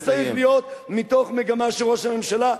זה צריך להיות מתוך מגמה שראש הממשלה,